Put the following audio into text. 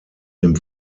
dem